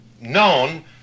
known